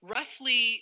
Roughly